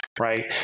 right